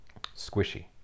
Squishy